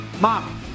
Mom